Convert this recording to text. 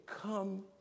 come